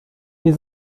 nie